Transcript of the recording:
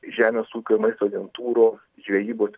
žemės ūkio maisto agentūrų žvejybos